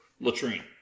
latrine